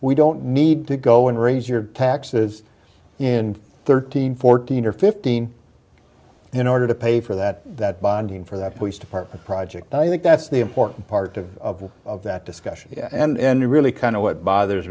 we don't need to go and raise your taxes in thirteen fourteen or fifteen in order to pay for that that bonding for that police department project i think that's the important part of that discussion and really kind of what bothers